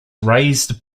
raised